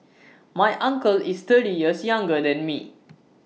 my uncle is thirty years younger than me